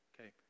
Okay